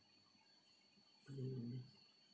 mm